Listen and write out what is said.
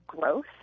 growth